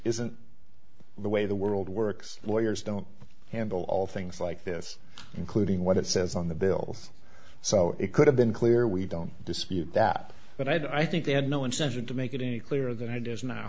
isn't the way the world works lawyers don't handle all things like this including what it says on the bills so it could have been clear we don't dispute that but i think they had no intention to make it any clearer than i does now